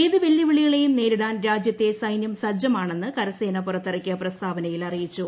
ഏത് വെല്ലുവിളികളെയും നേരിടാൻ രാജ്യത്തെ സൈന്യം സജ്ജമാണെന്ന് കരസേന പുറത്തിറക്കിയ പ്രസ്താവനയിൽ അറിയിച്ചു